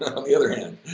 on the other hand.